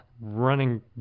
running